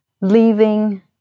leaving